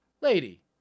Lady